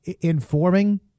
informing